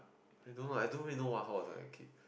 I don't know I don't really know what how was like a kid